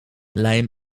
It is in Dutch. lijm